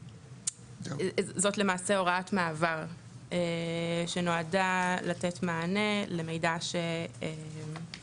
זאת למעשה הוראת מעבר שנועדה לתת מענה למידע שהגיע